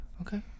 Okay